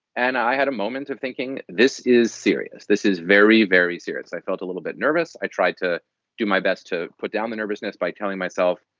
and i had a moment of thinking, this is serious. this is very, very serious. i felt a little bit nervous. i tried to do my best to put down the nervousness by telling myself,